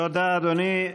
תודה, אדוני.